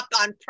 on